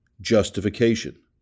justification